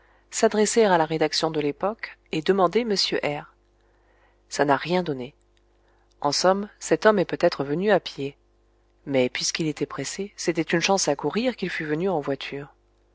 s'adresser à la rédaction de l'époque et demander m r ça n'a rien donné en somme cet homme est peut-être venu à pied mais puisqu'il était pressé c'était une chance à courir qu'il fût venu en voiture